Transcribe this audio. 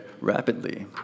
rapidly